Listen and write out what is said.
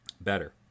better